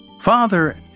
Father